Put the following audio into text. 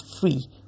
free